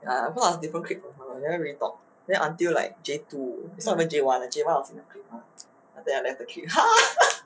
uh cause I also different clique from her never really talk then until like J two is not even J one J one I was in the clique then after that I left the clique